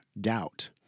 doubt